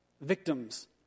victims